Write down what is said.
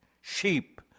sheep